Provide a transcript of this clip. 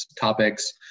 topics